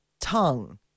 tongue